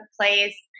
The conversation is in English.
place